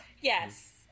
Yes